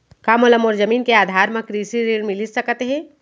का मोला मोर जमीन के आधार म कृषि ऋण मिलिस सकत हे?